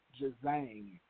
Jazang